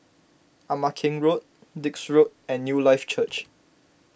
Ama Keng Road Dix Road and Newlife Church